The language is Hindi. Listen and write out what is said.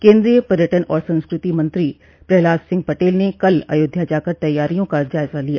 केन्द्रीय पर्यटन और संस्कृ ति मंत्री प्रहलाद सिंह पटल ने कल अयोध्या जाकर तैयारियों का जायजा लिया